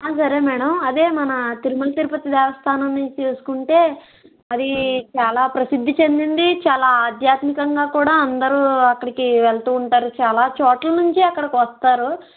సరే మేడం అదే మన తిరుమల తిరుపతి దేవస్థానం నుంచి చూస్కుంటే అది చాలా ప్రసిద్ధి చెందింది చాలా ఆధ్యాత్మికంగా కూడా అందరు అక్కడికి వెళ్తూ ఉంటారు చాలా చోట్ల నుంచి అక్కడకి వస్తారు